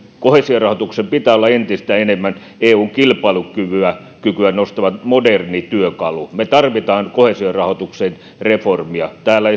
koheesiorahoituksen pitää olla entistä enemmän eun kilpailukykyä nostava moderni työkalu me tarvitsemme koheesiorahoituksen reformia täällä